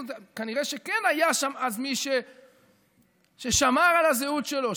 כנראה שכן היה שם אז מי ששמר על הזהות שלו,